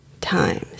times